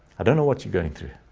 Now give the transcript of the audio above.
i don't know what you're going through.